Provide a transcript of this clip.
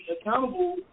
accountable